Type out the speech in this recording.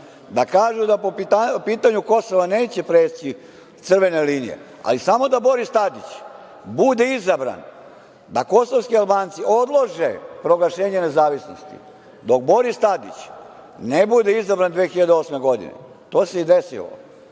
da kažu da po pitanju Kosova neće preći crvene linije, ali samo da Boris Tadić bude izabran, da kosovski Albanci odlože proglašenje nezavisnosti dok Boris Tadić ne bude izabran 2008. godine, to se i desilo.